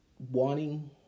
Wanting